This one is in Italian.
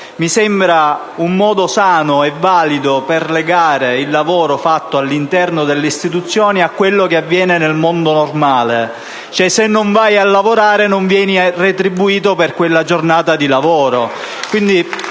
Mi sembra un modo sano e valido per legare il lavoro fatto all'interno delle istituzioni a quello che avviene nel mondo normale: se non vai a lavorare, non vieni retribuito per quella giornata di lavoro.